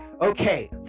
okay